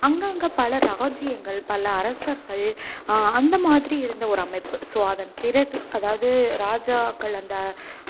அங்கங்க பல ராஜ்ஜியங்கள் பல அரசர்கள் அந்தமாதிரி இருந்த ஒரு அமைப்பு ஸோ அதன் பிறகு அதாவது ராஜாக்கள் அந்த